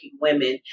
women